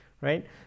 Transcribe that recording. right